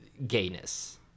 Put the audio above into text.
gayness